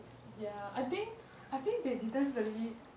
ya I think I think they didn't really